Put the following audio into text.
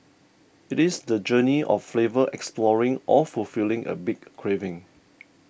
it is the journey of flavor exploring or fulfilling a big craving